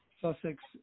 Sussex